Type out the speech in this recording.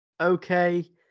okay